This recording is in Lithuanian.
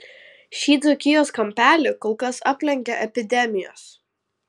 šį dzūkijos kampelį kol kas aplenkia epidemijos